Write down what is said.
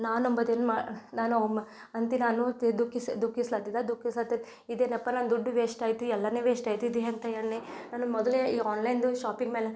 ನಾನು ಅಂತ ನಾನು ದುಃಖಿಸ ದುಃಖಿಸ್ಲತ್ತಿದೆ ದುಃಖಿಸ್ಲತ್ತಿ ಇದೇನಪ್ಪ ನನ್ನ ದುಡ್ಡು ವೇಸ್ಟಾಯಿತು ಎಲ್ಲನೂ ವೇಸ್ಟಾಯಿತು ಇದು ಎಂಥ ಎಣ್ಣೆ ನಾನು ಮೊದಲೇ ಈ ಆನ್ಲೈನ್ದು ಶಾಪಿಂಗ್ ಮೇಲೆ